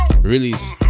release